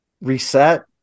reset